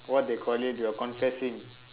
what they call it we are confessing